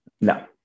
No